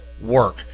work